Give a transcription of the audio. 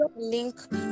Link